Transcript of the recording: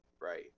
right